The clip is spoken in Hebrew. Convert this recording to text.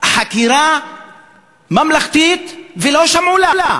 חקירה ממלכתית, ולא שמעו לה.